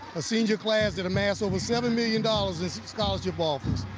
senior class and amasses over seven million dollars in scholarship offers.